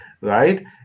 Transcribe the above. right